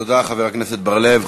תודה, חבר הכנסת בר-לב.